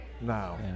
now